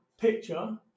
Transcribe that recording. picture